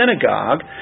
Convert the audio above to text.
synagogue